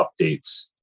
updates